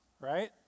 right